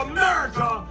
America